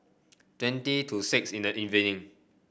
twenty to six in the evening